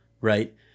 right